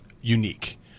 unique